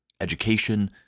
education